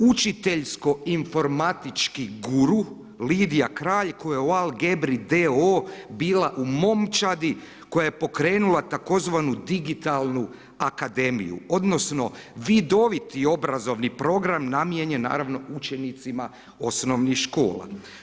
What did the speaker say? Učiteljsko informatički guru Lidija Kralj koja je u Algebri d.o.o bila u momčadi koja je pokrenula tzv. digitalnu akademiju odnosno vidoviti obrazovni program namijenjen naravno učenicima osnovnih škola.